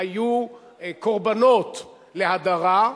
שהיו קורבנות להדרה.